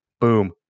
Boom